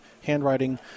handwriting